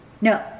No